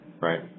right